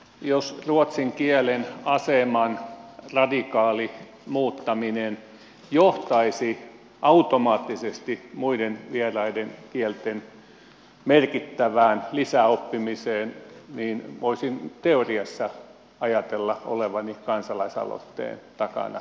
jos ruotsin kielen aseman radikaali muuttaminen johtaisi automaattisesti muiden vieraiden kielten merkittävään lisäoppimiseen niin voisin teoriassa ajatella olevani kansalaisaloitteen takana